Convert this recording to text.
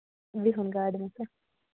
بِہُن گاڑِ منٛز تہٕ